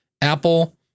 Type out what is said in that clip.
Apple